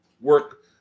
work